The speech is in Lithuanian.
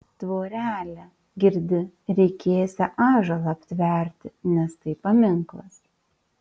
tvorelę girdi reikėsią ąžuolą aptverti nes tai paminklas